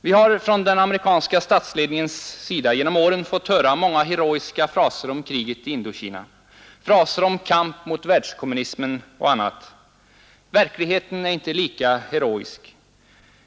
Vi har från den amerikanska statsledningen genom åren fått höra många heroiska fraser om kriget i Indokina, fraser om kamp mot världskommunismen och annat. Verkligheten är inte lika heroisk.